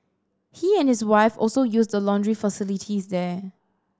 he and his wife also use the laundry facilities there